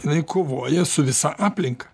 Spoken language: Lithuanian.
jinai kovoja su visa aplinka